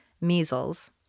measles